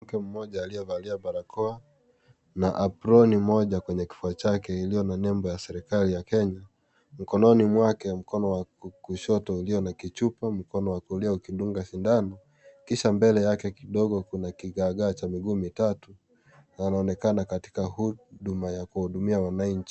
Mke mmoja aliyevalia barakoa na aproni moja kwenye kifua chake iliyo na nembo ya serikali ya kenya, mkononi mwake mkono wa kushoto ulio na kichupa mkono wa kulia ukidunga sindano kisha mbele yake kidogo kuna kigaa gaa cha miguu mitatu. Anaonekana katika huduma ya kuhudumia wananchi.